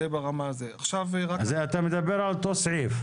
אתה מדבר על אותו סעיף.